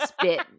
spit